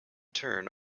turn